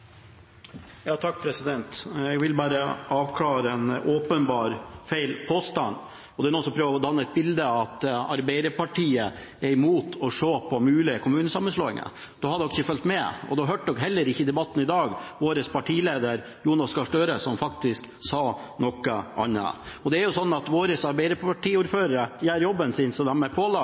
Jeg vil bare avklare en åpenbart feil påstand. Det er noen som prøver å danne et bilde av at Arbeiderpartiet er imot å se på mulige kommunesammenslåinger. Da har de ikke fulgt med. Da har de heller ikke i debatten i dag hørt vår partileder, Jonas Gahr Støre, som faktisk sa noe annet. Våre Arbeiderparti-ordførere gjør jobben sin, slik de er